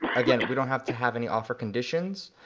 again we don't have to have any offer conditions.